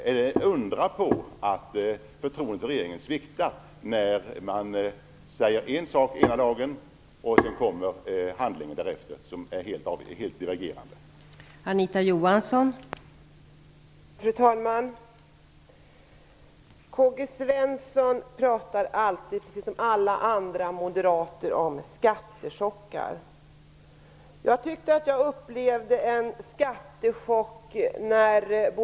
Inte undra på att förtroendet för regeringen sviktar när man ena dagen säger en sak och därefter handlar på ett helt divergerande sätt!